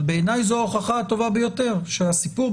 בעיניי זו ההוכחה הטובה ביותר שהסיפור,